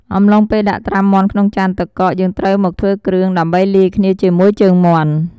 អំឡុងពេលដាក់ត្រាំមាន់ក្នុងចានទឹកកក យើងត្រូវមកធ្វើគ្រឿង ដើម្បីលាយគ្នាជាមួយជើងមាន់។